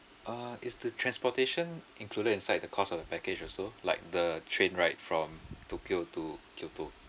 uh is the transportation included inside the cost of the package also like the train ride from tokyo to kyoto